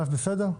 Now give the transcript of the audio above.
בסדר?